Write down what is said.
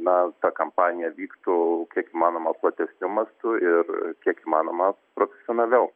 na ta kampanija vyktų kiek įmanoma platesniu mastu ir kiek įmanoma profesionaliau